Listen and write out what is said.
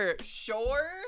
Sure